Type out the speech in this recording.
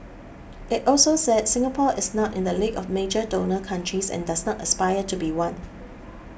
it also said Singapore is not in the league of major donor countries and does not aspire to be one